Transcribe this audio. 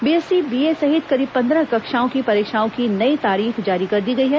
BSc BA सहित करीब पन्द्रह कक्षाओं की परीक्षाओं की नई तारीख जारी कर दी गई है